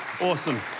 Awesome